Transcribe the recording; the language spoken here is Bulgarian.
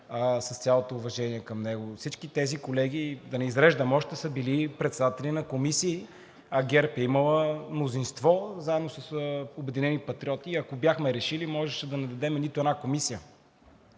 с цялото уважение към него – всички тези колеги, да не изреждам още, са били председатели на комисии, а ГЕРБ е имала мнозинство, заедно с „Обединени патриоти“, и ако бяхме решили, можеше да не дадем нито една комисия,